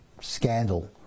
scandal